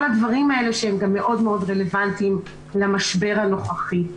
כל הדברים האלה שהם מאוד רלוונטיים גם למשבר הנוכחי.